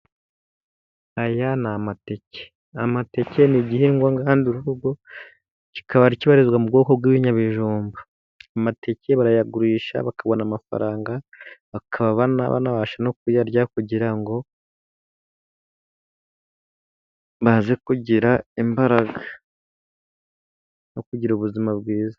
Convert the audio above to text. Aya ni amateke. Amateke ni igihingwa ngandurarugo, kikaba kibarizwa mu bwoko bw'ibinyabijumba. Amateke barayagurisha, bakabona amafaranga, bakaba banabasha no kuyarya, kugira ngo baze kugira imbaraga no kugira ubuzima bwiza.